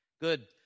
Good